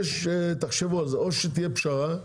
תחשבו על זה, או שתהיה פשרה,